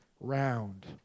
round